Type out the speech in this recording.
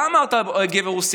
אתה אמרת "גבר רוסי".